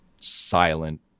silent